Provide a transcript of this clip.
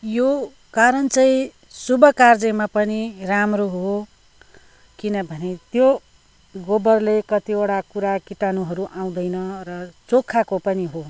यो कारण चाहिँ शुभ कार्येमा पनि राम्रो हो किनभने त्यो गोबरले कतिवटा कुराहरू किटानुहरू आउँदैन र चोखाएको पनि हो